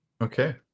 Okay